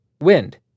wind